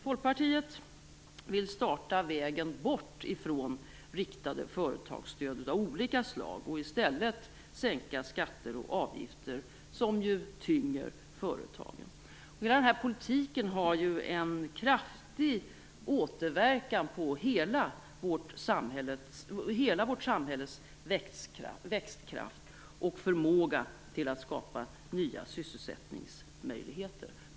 Folkpartiet vill starta på vägen bort från riktade företagsstöd av olika slag och i stället sänka skatter och avgifter som ju tynger företagen. Hela den här politiken har en kraftig återverkan på hela vårt samhälles växtkraft och förmåga till att skapa nya sysselsättningsmöjligheter.